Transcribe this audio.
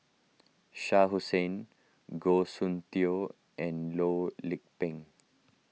Shah Hussain Goh Soon Tioe and Loh Lik Peng